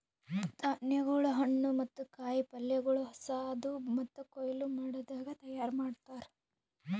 ಧಾನ್ಯಗೊಳ್, ಹಣ್ಣು ಮತ್ತ ಕಾಯಿ ಪಲ್ಯಗೊಳ್ ಹೊಸಾದು ಮತ್ತ ಕೊಯ್ಲು ಮಾಡದಾಗ್ ತೈಯಾರ್ ಮಾಡ್ತಾರ್